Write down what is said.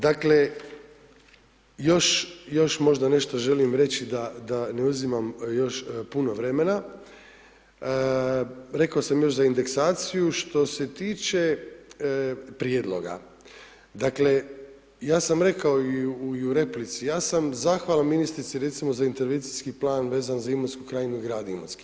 Dakle, još možda nešto želim reći da ne uzimam još puno vremena, rekao sam još za indeksaciju, što se tiče prijedloga, dakle, ja sam rekao i u replici, ja sam zahvalan ministrici recimo za intervencijski plan vezano za Imotsku krajnju i grad Imotski.